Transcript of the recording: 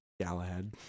galahad